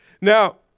Now